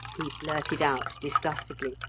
he blurted out disgustedly,